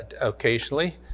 occasionally